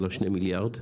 של ה-2 מיליארד ₪,